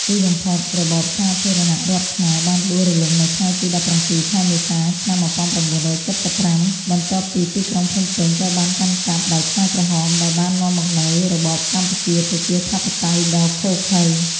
ទីបំផុត របបសាធារណរដ្ឋខ្មែរបានដួលរលំនៅថ្ងៃទី ១៧ ខែ មេសា ឆ្នាំ ១៩៧៥ បន្ទាប់ពីទីក្រុងភ្នំពេញត្រូវបានកាន់កាប់ដោយខ្មែរក្រហម ដែលបាននាំមកនូវរបបកម្ពុជាប្រជាធិបតេយ្យដ៏ឃោរឃៅ។